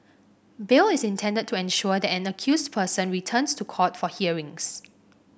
bail is intended to ensure that an accused person returns to court for hearings